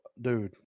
dude